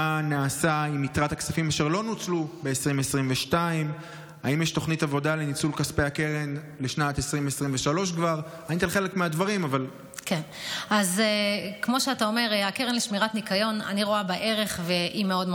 3. מה נעשה עם יתרת